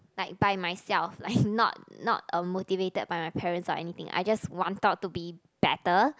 like by myself like not not uh motivated by my parents or anything I just wanted to be better